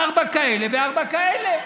ארבע כאלה וארבעה כאלה,